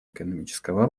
экономического